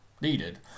needed